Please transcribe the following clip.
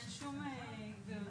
לאורך התהליך בתוואי.